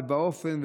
באופן,